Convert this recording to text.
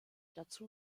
dazu